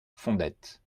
fondettes